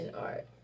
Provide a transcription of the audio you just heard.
art